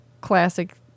classic